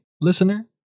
listener